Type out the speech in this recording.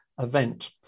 event